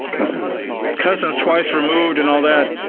cousins cousins twice removed, and all that,